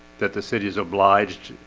that the city is obliged,